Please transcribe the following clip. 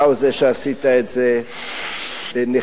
אתה הוא שעשית את זה, בנחישות,